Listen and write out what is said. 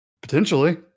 potentially